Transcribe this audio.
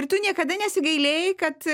ar tu niekada nesigailėjai kad